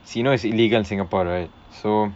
so you know is illegal in Singapore right so